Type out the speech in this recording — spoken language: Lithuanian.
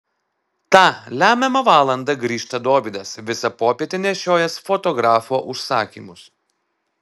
tą lemiamą valandą grįžta dovydas visą popietę nešiojęs fotografo užsakymus